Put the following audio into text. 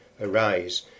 arise